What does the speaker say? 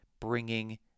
bringing